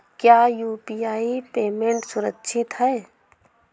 क्या UPI payment सुरक्षित है?